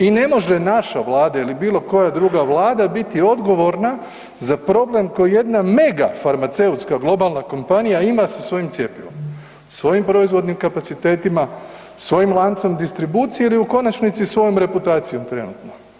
I ne može naša Vlada ili bilo koja druga vlada biti odgovorna za problem koji jedna mega farmaceutska globalna kompanija ima sa svojim cjepivom, svojim proizvodnim kapacitetima, svojim lancem distribucije ili u konačnici, svojom reputacijom trenutno.